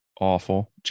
awful